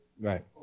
Right